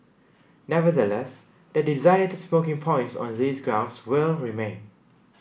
nevertheless the designated smoking points on these grounds will remain